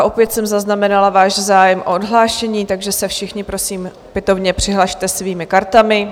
Opět jsem zaznamenala váš zájem o odhlášení, takže se všichni, prosím, opětovně přihlaste svými kartami.